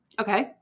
Okay